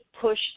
push